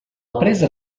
presa